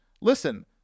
Listen